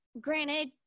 granted